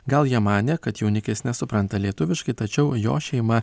gal jie manė kad jaunikis nesupranta lietuviškai tačiau jo šeima